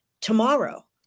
tomorrow